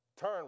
turn